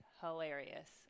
hilarious